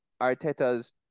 Arteta's